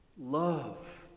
Love